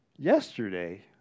Yesterday